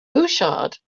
bouchard